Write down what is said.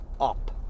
up